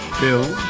bill